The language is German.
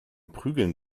prügeln